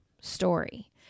story